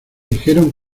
dijeron